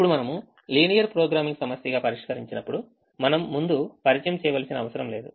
ఇప్పుడు మనము linear programming సమస్యగా పరిష్కరించినప్పుడు మనం ముందు పరిచయం చేయవలసిన అవసరం లేదు